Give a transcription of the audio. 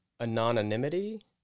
anonymity